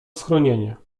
schronienie